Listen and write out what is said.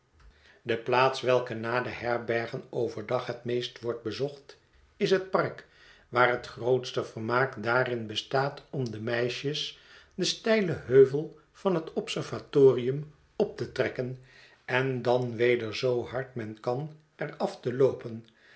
de plaats welke na de herbergen over dag het meest wordt bezocht is het park waar het grootste vermaak daarin bestaat om de meisjes den steilen heuvel van het observatorium op te trekken en dan weder zoo hard men kan er af te loopen